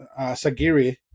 sagiri